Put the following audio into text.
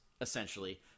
essentially